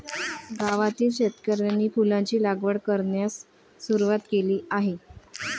गावातील शेतकऱ्यांनी फुलांची लागवड करण्यास सुरवात केली आहे